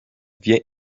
vient